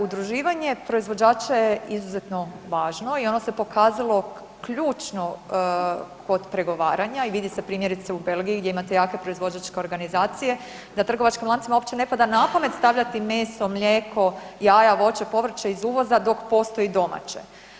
Udruživanje proizvođača je izuzetno važno i ono se pokazalo ključno kod pregovaranja i vidi se primjerice u Belgiji gdje imate jake proizvođače organizacije da trgovačkim lancima uopće ne pada napamet stavljati meso, mlijeko, jaja, voće, povrće iz uvoza dok postoji domaće.